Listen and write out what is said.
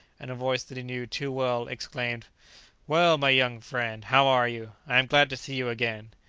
and a voice that he knew too well exclaimed well, my young friend, how are you? i am glad to see you again.